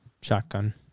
shotgun